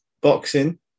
Boxing